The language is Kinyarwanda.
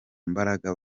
mbaraga